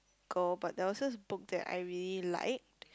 girl but there was this book that I really like